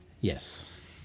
yes